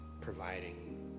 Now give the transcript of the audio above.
providing